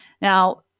Now